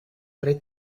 tre